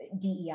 DEI